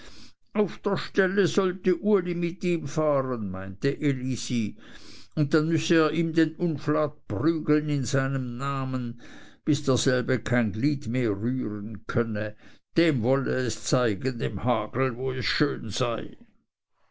auf der stelle sollte uli mit ihm fahren meinte elisi und dann müsse er ihm den unflat prügeln in seinem namen bis derselbe kein glied mehr rühren könne dem wolle es zeigen dem hagel wo es schön sei